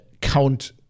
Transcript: count